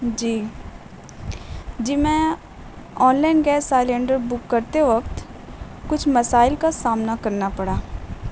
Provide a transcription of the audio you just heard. جی جی میں online gas cylinder book کرتے وقت کچھ مسائل کا سامنا کرنا پڑا